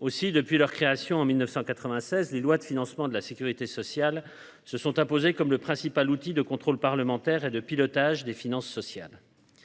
Aussi, depuis leur création, en 1996, les lois de financement de la sécurité sociale (LFSS) se sont imposées comme le principal outil de contrôle parlementaire et de pilotage des finances sociales.